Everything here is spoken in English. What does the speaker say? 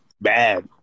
Bad